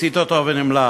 הצית אותו ונמלט.